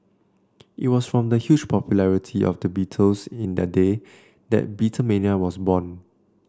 it was from the huge popularity of the Beatles in their day that Beatlemania was born